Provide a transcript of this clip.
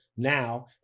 Now